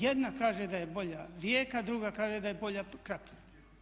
Jedna kaže da je bolja Rijeka, druga kaže da je bolja Krapina.